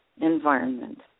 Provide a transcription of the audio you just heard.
environment